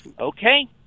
okay